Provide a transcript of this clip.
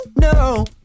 no